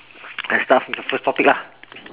I start from the first topic ah